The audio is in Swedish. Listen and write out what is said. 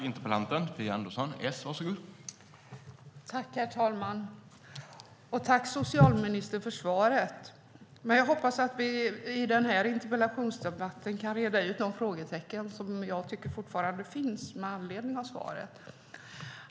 Herr talman! Tack, socialministern, för svaret! Jag hoppas att vi i den här interpellationsdebatten kan reda ut de frågetecken som jag tycker fortfarande finns med anledning av svaret.